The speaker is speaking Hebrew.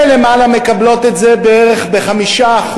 אלה למעלה מקבלות את זה בערך ב-5%,